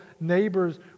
neighbors